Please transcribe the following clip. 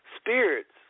Spirits